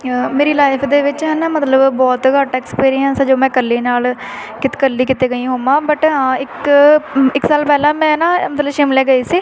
ਮੇਰੀ ਲਾਈਫ ਦੇ ਵਿੱਚ ਹੈ ਨਾ ਮਤਲਬ ਬਹੁਤ ਘੱਟ ਐਕਸਪੀਰੀਅੰਸ ਜੋ ਮੈਂ ਇਕੱਲੀ ਨਾਲ ਕਤ ਇਕੱਲੀ ਕਿੱਤੇ ਗਈ ਹੋਵਾਂ ਬਟ ਹਾਂ ਇੱਕ ਇੱਕ ਸਾਲ ਪਹਿਲਾਂ ਮੈਂ ਨਾ ਮਤਲਬ ਸ਼ਿਮਲੇ ਗਈ ਸੀ